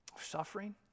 suffering